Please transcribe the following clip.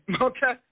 Okay